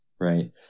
right